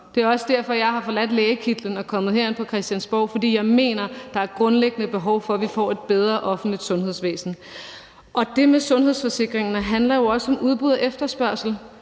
Det er også derfor, jeg har taget lægekitlen af og er kommet herind på Christiansborg. Det er, fordi jeg mener, at der er et grundlæggende behov for, at vi får et bedre offentligt sundhedsvæsen. Det med sundhedsforsikringer handler jo også om udbud og efterspørgsel.